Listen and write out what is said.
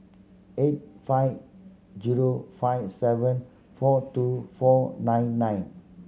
eight five zero five seven four two four nine nine